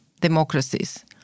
democracies